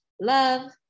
love